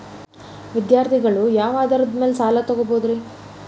ವಿದ್ಯಾರ್ಥಿಗಳು ಯಾವ ಆಧಾರದ ಮ್ಯಾಲ ಸಾಲ ತಗೋಬೋದ್ರಿ?